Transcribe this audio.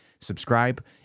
Subscribe